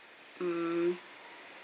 mm